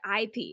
IP